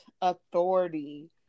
authority